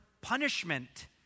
punishment